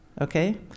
okay